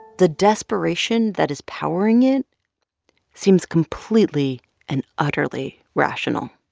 the desperation that is powering it seems completely and utterly rational.